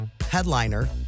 headliner